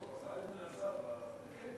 בבית-כלא.